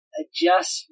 adjust